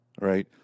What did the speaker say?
right